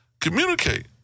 communicate